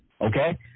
okay